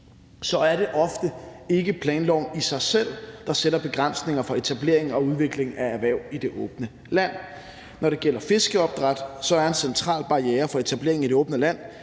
at det ofte ikke er planloven i sig selv, der sætter begrænsninger for etablering og udvikling af erhverv i det åbne land. Når det gælder fiskeopdræt, er en central barriere for etablering i det åbne land